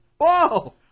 Whoa